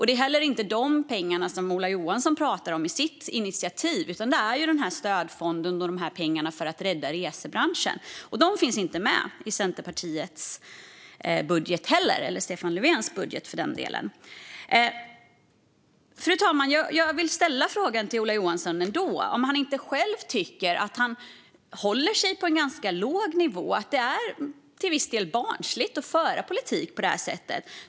Det är heller inte de pengarna som Ola Johansson talar om i sitt initiativ, utan det är stödfonden med pengarna för att rädda resebranschen. De finns inte heller med i Centerpartiets budget, eller för den delen i Stefan Löfvens budget. Fru talman! Jag vill ställa frågan till Ola Johansson om han inte själv tycker att han håller sig på en ganska låg nivå. Det är till viss del barnsligt att föra politik på det här sättet.